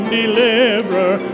deliverer